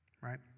right